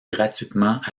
gratuitement